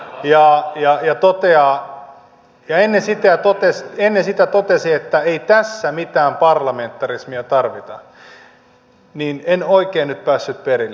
ja ennen sitä hän totesi että ei tässä mitään parlamentarismia tarvita niin että en oikein nyt päässyt perille